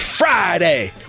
Friday